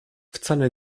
wcale